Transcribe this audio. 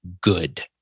good